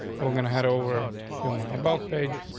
so i'm gonna head over to my belt age.